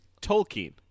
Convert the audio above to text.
Tolkien